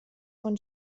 von